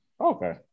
Okay